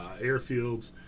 airfields